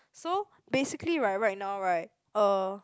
so basically right right now right uh